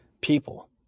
people